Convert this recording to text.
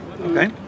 Okay